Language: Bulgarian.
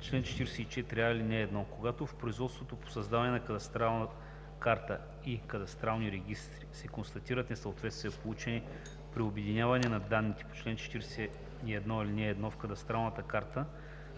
„Чл. 44а. Когато в производството по създаване на кадастрална карта и кадастрални регистри се констатират несъответствия, получени при обединяване на данните по чл. 41, ал. 1, в кадастралната карта